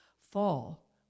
fall